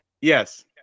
Yes